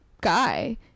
guy